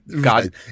God